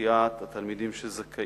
אוכלוסיית התלמידים הזכאית.